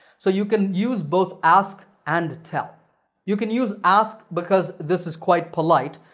so, you can use both ask and tell you can use ask because this is quite polite,